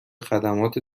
خدمات